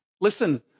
Listen